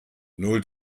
null